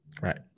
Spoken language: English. Right